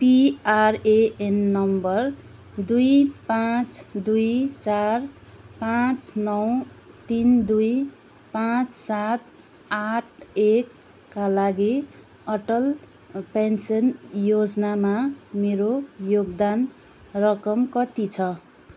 PRAN number दुई पाँच दुई चार पाँच नौ तिन दुई पाँच सात आठ एक का लागि अटल पेन्सन योजनामा मेरो योगदान रकम कति छ